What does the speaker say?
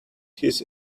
his